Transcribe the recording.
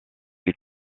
les